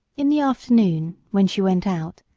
in the afternoon, when she went out,